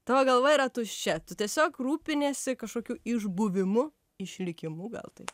tavo galva yra tuščia tu tiesiog rūpiniesi kažkokiu išbuvimu išlikimu gal taip